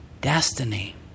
destiny